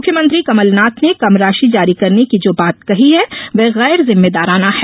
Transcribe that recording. मुख्यमंत्री कमलनाथ ने कम राशि जारी करने की जो बात कही है वह गैर जिम्मेदाराना है